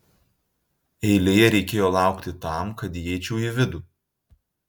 eilėje reikėjo laukti tam kad įeičiau į vidų